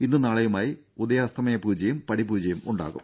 ഇന്നും നാളെയുമായി ഉദയാസ്തമന പൂജയും പടിപൂജയും ഉണ്ടാകും